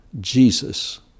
Jesus